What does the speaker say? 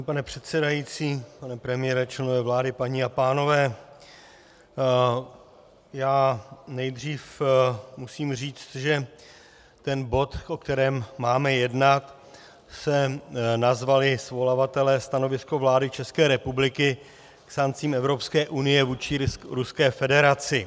Vážený pane předsedající, pane premiére, členové vlády, paní a pánové, já nejdřív musím říct, že ten bod, o kterém máme jednat, nazvali svolavatelé Stanovisko vlády České republiky k sankcím Evropské unie vůči Ruské federaci.